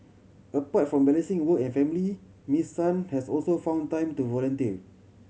apart from balancing work and family Miss Sun has also found time to volunteer